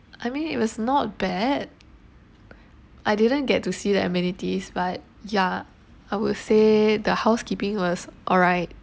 I mean it was not bad I didn't get to see the amenities but ya I will say the housekeeping was alright